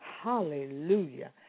Hallelujah